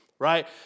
right